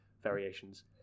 variations